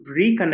reconnect